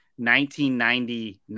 1999